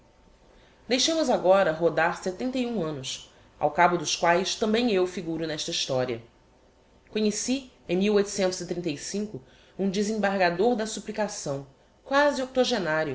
deixemos agora rodar setenta e um annos ao cabo dos quaes tambem eu figuro n'esta historia conheci em um desembargador da supplicação quasi octogenario